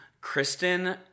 Kristen